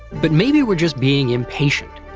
but maybe we're just being impatient,